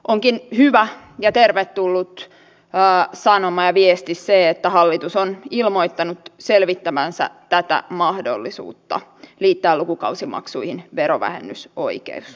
onkin hyvä ja tervetullut sanoma ja viesti se että hallitus on ilmoittanut selvittävänsä tätä mahdollisuutta liittää lukukausimaksuihin verovähennysoikeus